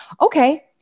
Okay